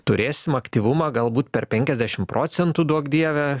turėsim aktyvumą galbūt per penkiasdešim procentų duok dieve